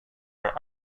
for